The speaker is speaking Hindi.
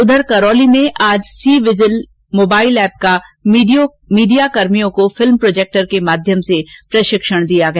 उधर करौली में आज सी विजिल मोबाईल एप का मीडियाकर्मियों को फिल्म प्रोजेक्टर के माध्यम से प्रशिक्षण दिया गया